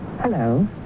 Hello